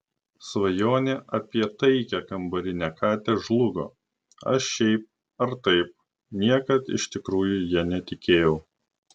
svajonė apie taikią kambarinę katę žlugo aš šiaip ar taip niekad iš tikrųjų ja netikėjau